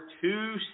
two